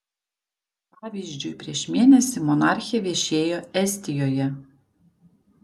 pavyzdžiui prieš mėnesį monarchė viešėjo estijoje